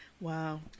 Wow